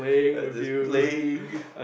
like this plaque